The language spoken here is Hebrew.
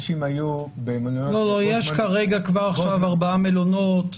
יש כבר עכשיו ארבעה מלונות,